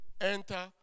enter